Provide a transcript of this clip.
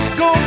go